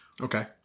Okay